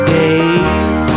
days